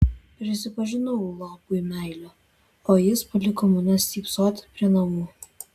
prisipažinau lopui meilę o jis paliko mane stypsoti prie namų